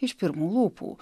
iš pirmų lūpų